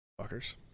Fuckers